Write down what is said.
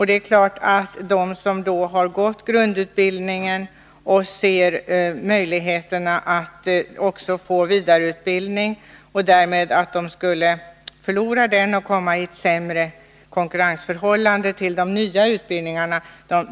Det är klart att de som har genomgått grundutbildningen är mycket oroliga för de att de skali förlora möjligheterna att få vidareutbildning och därmed komma i ett sämre konkurrensförhållande vid ansökan till de nya utbildningarna.